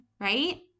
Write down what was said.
right